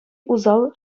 усал